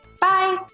Bye